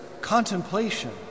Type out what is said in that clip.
contemplation